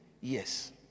Yes